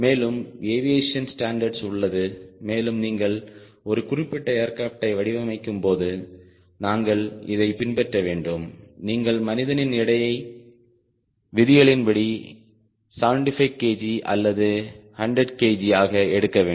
மேலும் aviation standards உள்ளது மேலும் நீங்கள் ஒரு குறிப்பிட்ட ஏர்கிராப்டை வடிவமைக்கும்போது நாங்கள் இதை பின்பற்ற வேண்டும் நீங்கள் மனிதனின் எடையை விதிகளின்படி 75kg அல்லது 100 kg ஆக எடுக்க வேண்டும்